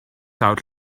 out